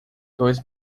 dois